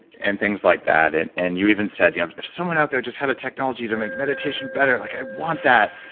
and things like that, and and you even said you know if someone out there just had a technology to make meditation better like i want that.